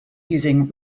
using